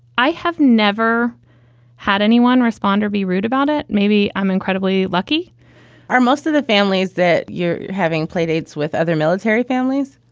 i have never had anyone respond or be rude about it. maybe i'm incredibly lucky are most of the families that you're having play dates with other military families?